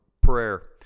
Prayer